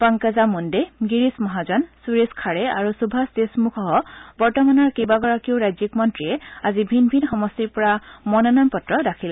পংকজা মুণ্ডে গিৰিশ মহাজন সুৰেশ খাড়ে আৰু সুভাষ দেশমুখ সহ বৰ্তমানৰ কেইবাগৰাকীও ৰাজ্যিক মন্ত্ৰীয়ে আজি ভিন ভিন সমষ্টিৰ পৰা মনোনয়ন পত্ৰ দাখিল কৰে